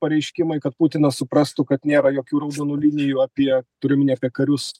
pareiškimai kad putinas suprastų kad nėra jokių raudonų linijų apie turiu omeny apie karius